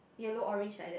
yellow orange like that